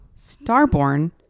Starborn